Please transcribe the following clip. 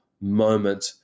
moment